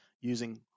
using